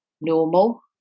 normal